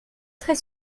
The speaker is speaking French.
très